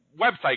website